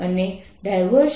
E0 છે જ્યાં charge ઘનતા છે